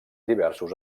diversos